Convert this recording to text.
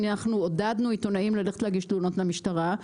אנחנו עודדנו עיתונאים ללכת להגיש תלונות למשטרה,